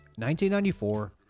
1994